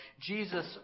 Jesus